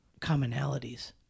commonalities